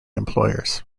employers